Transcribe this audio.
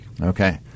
Okay